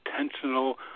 intentional